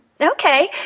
Okay